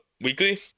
weekly